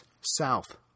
south